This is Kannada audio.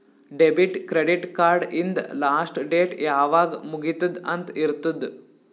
ಡೆಬಿಟ್, ಕ್ರೆಡಿಟ್ ಕಾರ್ಡ್ ಹಿಂದ್ ಲಾಸ್ಟ್ ಡೇಟ್ ಯಾವಾಗ್ ಮುಗಿತ್ತುದ್ ಅಂತ್ ಇರ್ತುದ್